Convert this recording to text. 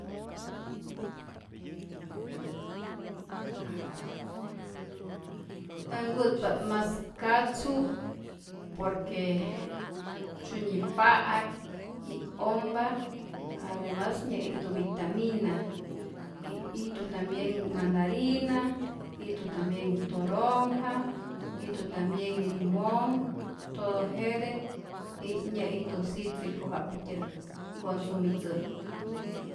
A äj nku'tpa't mas katzu, por que syunyi pa'ak y ompa, ademas nyä'ijtu vitamina, y ijtu tambien mandarina, ijtu tambien toronja, ijtu tambien limonh, todo jete nyä'ijtu citrico jakutyä nkonsumitzäjku.